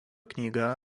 knygą